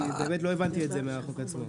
כי באמת לא הבנתי את זה מהחוק עצמו.